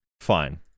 fine